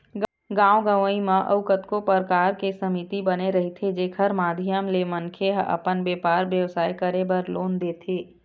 गाँव गंवई म अउ कतको परकार के समिति बने रहिथे जेखर माधियम ले मनखे ह अपन बेपार बेवसाय करे बर लोन देथे